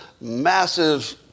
massive